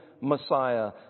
Messiah